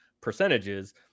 percentages